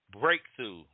breakthrough